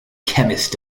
chemist